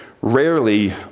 rarely